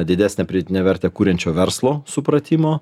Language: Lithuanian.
didesnę pridėtinę vertę kuriančio verslo supratimo